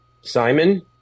Simon